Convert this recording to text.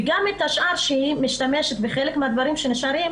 וגם האישה משתמשת בחלק מן הירקות שנשארים